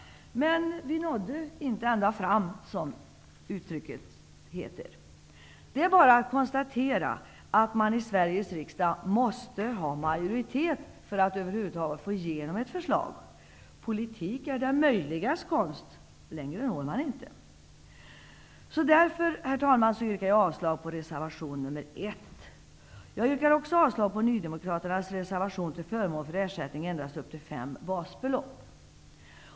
Men vi nådde inte ända fram, som uttrycket lyder. Det är bara att konstatera att man i Sveriges riksdag måste ha majoritet för att över huvud taget få igenom ett förslag. Politik är det möjligas konst. Längre når man inte. Därför, herr talman, yrkar jag avslag på reservation 1. Jag yrkar också avslag på nydemokraternas reservation till förmån för ersättning endast upp till fem basbelopp.